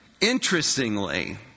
Interestingly